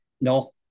No